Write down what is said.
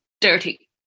dirty